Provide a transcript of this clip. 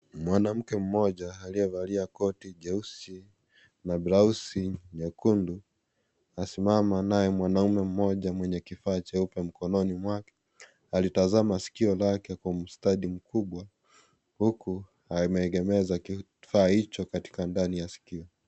Mwanamke mmoja aliyevalia koti jeusi na blausi nyekundu amesimama. Naye mwanaume mmoja mwenye kifaa cheupe mkononi mwake, alitazama sikio lake kwa ustadi mkubwa huku ameegemeza kifaa hicho katika ndani ya sikio.